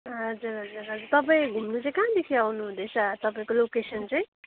हजुर हजुर हजुर तपाईँ घुम्नु चाहिँ कहाँदेखि अउनु हुँदैछ तपाईँको लोकेसन चाहिँ